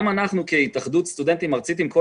גם אנחנו כהתאחדות סטודנטים ארצית יחד עם כל